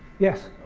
yes.